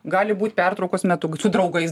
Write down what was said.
gali būt pertraukos metu su draugais